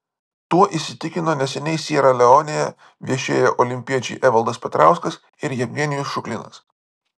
tuo įsitikino neseniai siera leonėje viešėję olimpiečiai evaldas petrauskas ir jevgenijus šuklinas